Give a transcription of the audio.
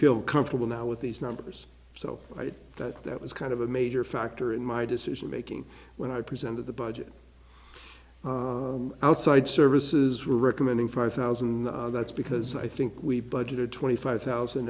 feel comfortable now with these numbers so that that was kind of a major factor in my decision making when i presented the budget outside services were recommending five thousand and that's because i think we budgeted twenty five thousand